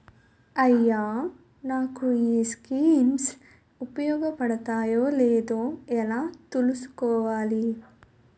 అయ్యా నాకు ఈ స్కీమ్స్ ఉపయోగ పడతయో లేదో ఎలా తులుసుకోవాలి?